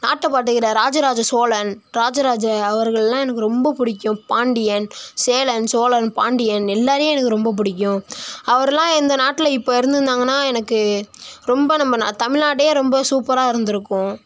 நாட்டை பார்த்துகிட்ட ராஜராஜ சோழன் ராஜராஜ அவர்களெலாம் எனக்கு ரொம்ப பிடிக்கும் பாண்டியன் சேரன் சோழன் பாண்டியன் எல்லாேரையும் எனக்கு ரொம்ப பிடிக்கும் அவரெலாம் இந்த நாட்டில் இப்போ இருந்திருந்தாங்கனா எனக்கு ரொம்ப நம்ம தமிழ்நாடே ரொம்ப சூப்பராக இருந்திருக்கும்